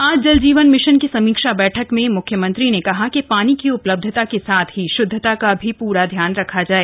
आज जल जीवन मिशन की समीक्षा बैठक में मुख्यमंत्री ने कहा कि पानी की उपलब्धता के साथ ही शुदधता का भी पूरा ध्यान रखा जाय